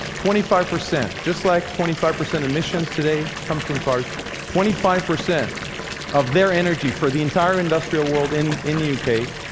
twenty five percent just like twenty five percent emissions today comes from cars twenty five percent of their energy for the entire industrial world in in the u k.